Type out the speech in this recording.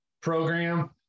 program